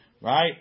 right